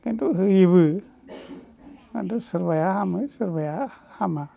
खिन्थु होयोबो आरो सोरबाया हामो सोरबाया हामा